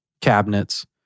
cabinets